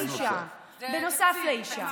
בנוסף לאישה.